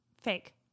Fake